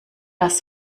das